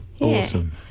Awesome